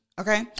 Okay